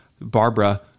Barbara